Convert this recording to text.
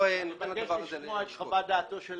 אני מבקש לשמוע את חוות דעתו של